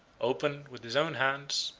opened, with his own hand,